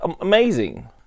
amazing